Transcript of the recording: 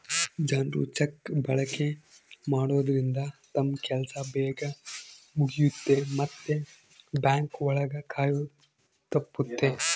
ಜನ್ರು ಚೆಕ್ ಬಳಕೆ ಮಾಡೋದ್ರಿಂದ ತಮ್ ಕೆಲ್ಸ ಬೇಗ್ ಮುಗಿಯುತ್ತೆ ಮತ್ತೆ ಬ್ಯಾಂಕ್ ಒಳಗ ಕಾಯೋದು ತಪ್ಪುತ್ತೆ